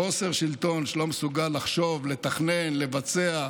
חוסר בשלטון, שאינו מסוגל לחשוב, לתכנן, לבצע,